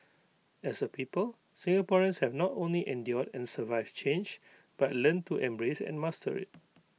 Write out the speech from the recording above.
as A people Singaporeans have not only endured and survived change but learned to embrace and master IT